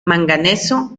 manganeso